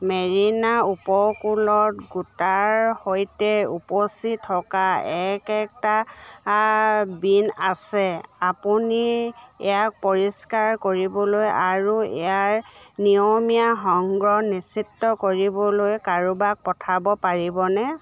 মেৰিনা উপকূলত গোটাৰ সৈতে উপচি থকা এক একটা বিন আছে আপুনি ইয়াক পৰিষ্কাৰ কৰিবলৈ আৰু ইয়াৰ নিয়মীয়া সংগ্ৰহ নিশ্চিত কৰিবলৈ কাৰোবাক পঠিয়াব পাৰিবনে